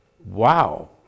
Wow